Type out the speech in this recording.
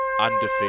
undefeated